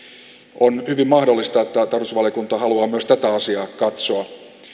on hyvin mahdollista että tarkastusvaliokunta haluaa myös tätä asiaa katsoa